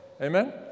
amen